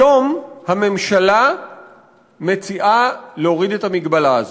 היום הממשלה מציעה להוריד את המגבלה הזאת.